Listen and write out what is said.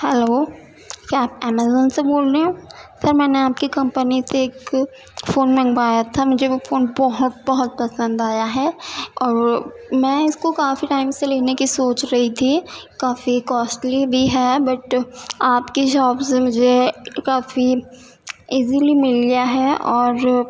hello کیا آپ Amazon سے بول رہے ہو سر میں نے آپ کی کمپنی سے ایک فون منگوایا تھا مجھے وہ فون بہت بہت پسند آیا ہے اور میں اس کو کافی ٹائم سے لینے کی سوچ رہی تھی کافی کاسٹلی بھی ہے بٹ آپ کی شاپ سے مجھے کافی ایزیلی مل گیا ہے اور